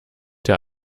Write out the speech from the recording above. der